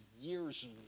years